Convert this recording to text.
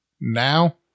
Now